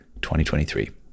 2023